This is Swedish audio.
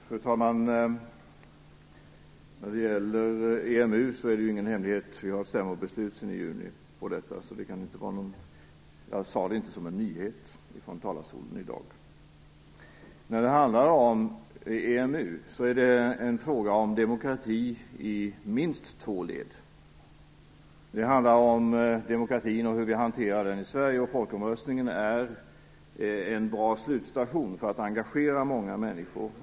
Fru talman! Centerpartiets uppfattning om EMU är ingen hemlighet. Vi har ett stämmobeslut om detta sedan i juni. Jag sade det inte som en nyhet från talarstolen i dag. EMU är en fråga om demokrati i minst två led. Det handlar om demokratin och hur vi hanterar den i Sverige. Folkomröstningen är en bra slutstation för att engagera många människor.